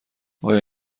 آیا